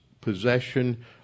possession